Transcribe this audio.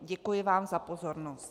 Děkuji vám za pozornost.